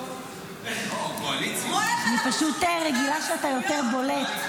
אני פשוט רגילה שאתה יותר בולט,